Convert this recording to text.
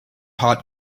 hot